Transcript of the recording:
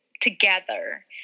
together